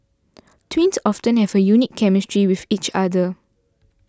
twins often have a unique chemistry with each other